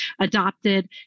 adopted